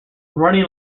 running